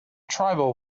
tribal